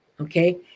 Okay